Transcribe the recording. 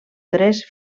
tres